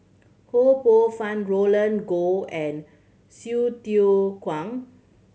Ho Poh Fun Roland Goh and Hsu Tse Kwang